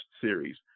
series